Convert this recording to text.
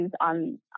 on